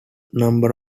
number